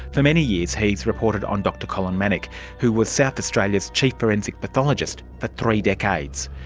for many years he's reported on dr colin manock who was south australia's chief forensic pathologist for three decades.